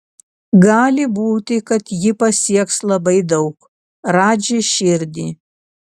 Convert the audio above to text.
gali būti kad ji pasieks labai daug radži širdį